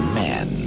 man